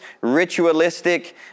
ritualistic